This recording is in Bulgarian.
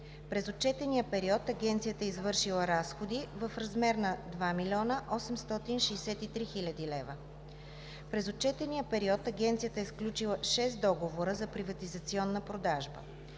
През отчетния период Агенцията е извършила разходи в размер на 2 млн. 863 хил. лв. През отчетния период Агенцията е сключила шест договора за приватизационна продажба.